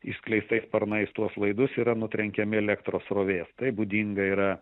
išskleistais sparnais tuos laidus yra nutrenkiami elektros srovės tai būdinga yra